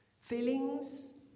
feelings